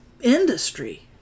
industry